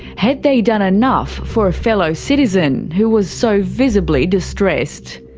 had they done enough for a fellow citizen who was so visibly distressed?